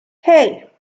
hey